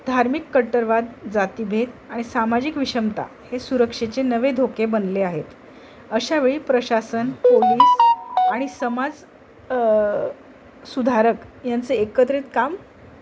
धार्मिक कट्टरवाद जातीभेद आणि सामाजिक विषमता हे सुरक्षेचे नवे धोके बनले आहेत अशावेळी प्रशासन पोलिस आणि समाज सुधारक यांचं एकत्रित काम